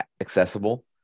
accessible